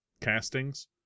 castings